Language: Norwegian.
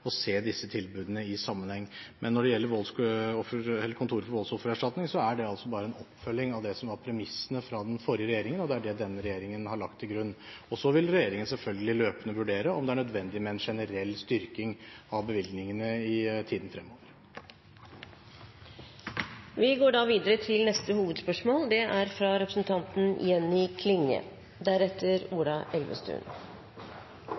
og se disse tilbudene i sammenheng. Men når det gjelder Kontoret for voldsoffererstatning, er det altså bare en oppfølging av det som var premissene fra den forrige regjeringen, og det er det regjeringen har lagt til grunn. Så vil regjeringen selvfølgelig løpende vurdere om det er nødvendig med en generell styrking av bevilgningene i tiden fremover. Vi går videre til neste hovedspørsmål.